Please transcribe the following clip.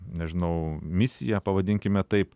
nežinau misiją pavadinkime taip